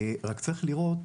רק צריך לראות,